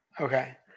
Okay